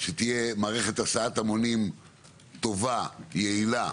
שתהיה מערכת הסעת המונים טובה, יעילה